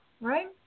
right